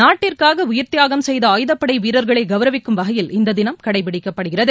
நாட்டிற்காகஉயிர்த்தியாகம் செய்த ஆயுதப்படைவீரர்களைகௌரவிக்கும் வகையில் இந்ததினம் கடைபிடிக்கப்படுகிறது